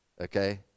okay